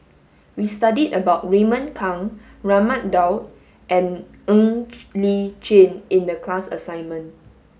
we studied about Raymond Kang Raman Daud and Ng Li Chin in the class assignment